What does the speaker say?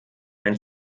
ein